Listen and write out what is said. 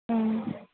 ம்